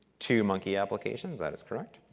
two monkey applications, that is correct.